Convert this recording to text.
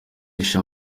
sha